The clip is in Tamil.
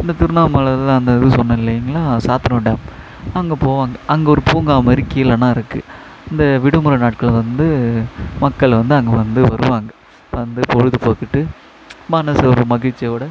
இந்த திருவண்ணாமலையில் அந்த இது சொன்னேன் இல்லைங்களா சாத்தனூர் டேம் அங்கே போவாங்க அங்கே ஒரு பூங்கா மாதிரி கீழேனா இருக்குது இந்த விடுமுறை நாட்கள் வந்து மக்கள் வந்து அங்கே வந்து வருவாங்க வந்து பொழுதுபோக்கிட்டு மனசு ஒரு மகிழ்ச்சியோட